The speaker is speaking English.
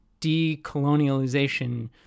decolonialization